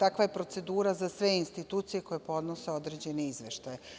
Takva je procedura za sve institucije koje podnose određene izveštaje.